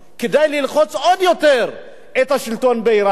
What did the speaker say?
כדי ללחוץ עוד יותר את השלטון באירן.